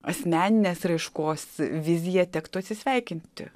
asmeninės raiškos vizija tektų atsisveikinti